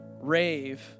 rave